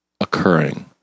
occurring